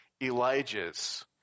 Elijah's